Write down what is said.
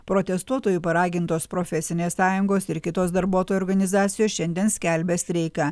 protestuotojų paragintos profesinės sąjungos ir kitos darbuotojų organizacijos šiandien skelbia streiką